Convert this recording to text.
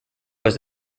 was